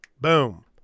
boom